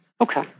Okay